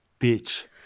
bitch